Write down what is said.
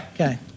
Okay